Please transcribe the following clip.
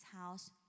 house